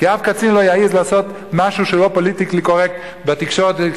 כי אף קצין לא יעז לעשות מה שלא פוליטיקלי קורקט בתקשורת,